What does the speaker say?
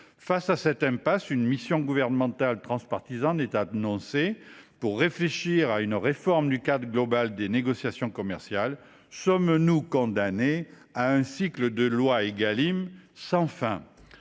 Face à cette impasse, une mission transpartisane est annoncée pour réfléchir à une réforme du cadre global des négociations commerciales. Sommes nous condamnés à un cycle sans fin